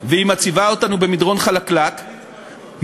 ומציבה אותנו במדרון חלקלק,